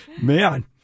Man